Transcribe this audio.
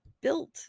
built